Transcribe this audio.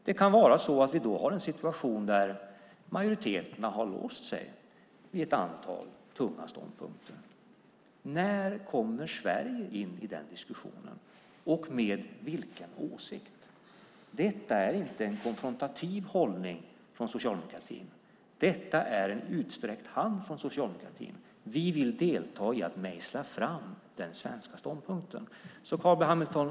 Det kan vara så att vi då har en situation där majoriteten har låst sig vid ett antal tunga ståndpunkter. När kommer Sverige in i den diskussionen - och med vilken åsikt? Detta är inte en konfrontativ hållning från socialdemokratin. Detta är en utsträckt hand från socialdemokratin. Vi vill delta i att mejsla fram den svenska ståndpunkten. Carl B Hamilton!